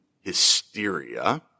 hysteria